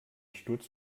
sturz